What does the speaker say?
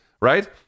Right